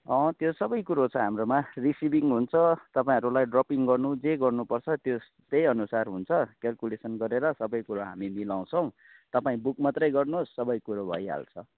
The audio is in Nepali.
त्यो सबै कुरो छ हाम्रोमा रिसिभिङ हुन्छ तपाईँहरूलाई ड्रपिङ गर्नु जे गर्नु पर्छ त्योस त्यही अनुसार हुन्छ क्यालकुलेसन गरेर सबै कुरा हामी मिलाउछौँ तपाईँ बुक मात्रै गर्नुहोस् सबै कुरा भइहाल्छ